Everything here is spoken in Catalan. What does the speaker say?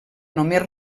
només